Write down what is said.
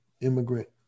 immigrant